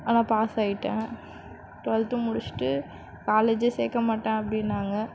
ஆனால் பாஸ் ஆகிட்டேன் டூவல்த் முடிச்சுட்டு காலேஜ் சேர்க்க மாட்டேன் அப்படின்னாங்க